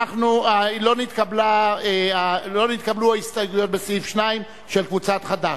לא נתקבלו ההסתייגויות במס' 2, של קבוצת חד"ש.